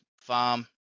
farm